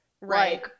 Right